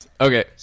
Okay